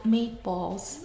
Meatballs